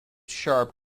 sharp